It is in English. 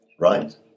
Right